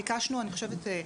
ביקשנו אני חושבת,